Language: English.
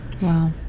Wow